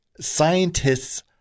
scientists